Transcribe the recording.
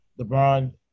lebron